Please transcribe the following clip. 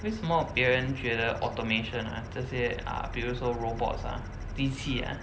为什么别人觉得 automation ah 这些 uh 比如说 robots ah 机器 ah